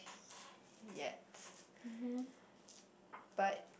yet but